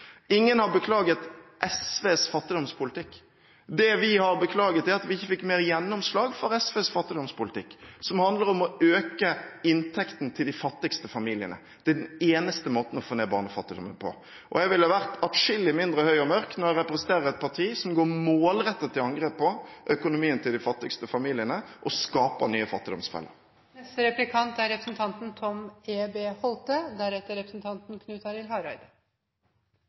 Ingen har beklaget SVs fattigdomspolitikk. Det vi har beklaget, er at vi ikke fikk mer gjennomslag for SVs fattigdomspolitikk, som handler om å øke inntekten til de fattigste familiene – den eneste måten å få ned barnefattigdommen på. Jeg ville vært atskillig mindre høy og mørk om jeg hadde representert et parti som målrettet går til angrep på økonomien til de fattigste familiene og skaper nye fattigdomsfeller.